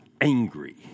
angry